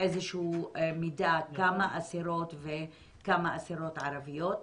שהוא מידע כמה אסירות ערביות יש?